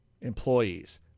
employees